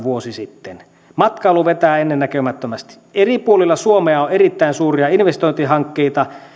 vuosi sitten matkailu vetää ennennäkemättömästi eri puolilla suomea on erittäin suuria investointihankkeita